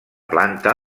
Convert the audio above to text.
planta